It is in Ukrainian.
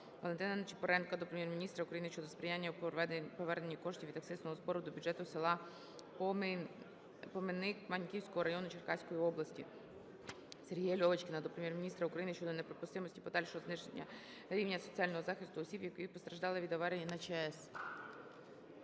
Валентина Ничипоренка до Прем'єр-міністра України щодо сприяння у поверненні коштів від акцизного збору до бюджету села Поминик Маньківського району Черкаської області. Сергія Льовочкіна до Прем'єр-міністра України щодо неприпустимості подальшого зниження рівня соціального захисту осіб, які постраждали від аварії на ЧАЕС.